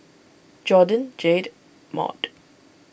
Jordyn Jayde Maude